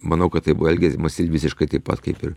manau kad tai buvo elgiamasi visiškai taip pat kaip ir